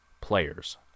players